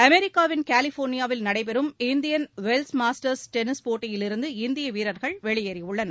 அமெரிக்காவின் கலிஃபோர்னியாவில் நடைபெறும் இண்டியன் வெல்ஸ் மாஸ்டர்ஸ் டென்னிஸ் போட்டியிலிருந்து இந்திய வீரர்கள் வெளியேறியுள்ளனர்